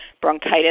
bronchitis